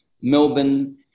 Melbourne